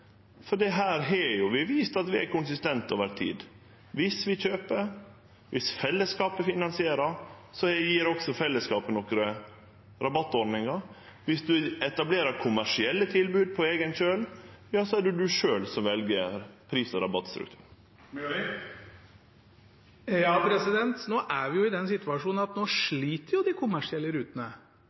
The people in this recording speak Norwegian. her har vi vist at vi er konsistente over tid. Viss vi kjøper, viss fellesskapet finansierer, gjev fellesskapet òg nokre rabattordningar. Viss ein etablerer kommersielle tilbod på eigen kjøl, er det ein sjølv som vel pris- og rabattstruktur. Nå er vi i den situasjonen at